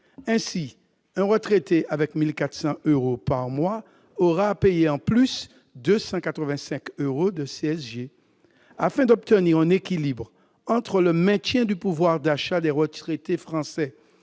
Ainsi, un retraité avec 1 400 euros par mois aura à payer en plus 285 euros de CSG. Afin d'obtenir un équilibre entre le maintien du pouvoir d'achat des retraités français